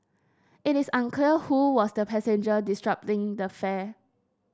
it is unclear who was the passenger the fare